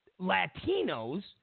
Latinos